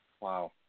wow